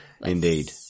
Indeed